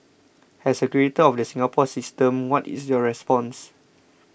as a creator of the Singapore system what is your response